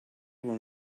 will